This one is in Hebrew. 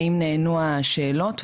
האם נענו השאלות.